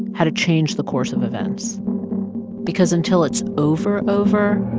how to change the course of events because until it's over, over,